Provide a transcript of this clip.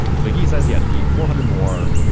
so he says, yes, we need four hundred more.